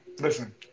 listen